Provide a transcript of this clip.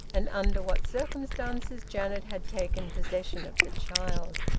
and under what circumstances janet had taken possession of the child.